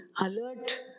alert